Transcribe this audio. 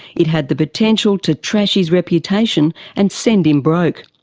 it had the potential to trash his reputation and send him broke.